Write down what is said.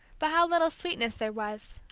but how little sweetness there was!